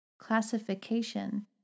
Classification